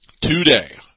today